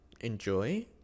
enjoy